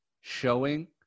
showing